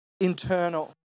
internal